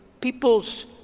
people's